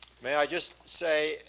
may i just say,